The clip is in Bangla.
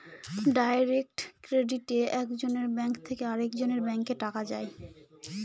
ডাইরেক্ট ক্রেডিটে এক জনের ব্যাঙ্ক থেকে আরেকজনের ব্যাঙ্কে টাকা যায়